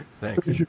Thanks